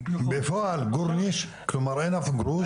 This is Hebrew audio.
בפועל, כלום, כלומר אין אף גרוש.